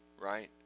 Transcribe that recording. right